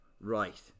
right